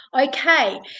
Okay